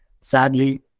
Sadly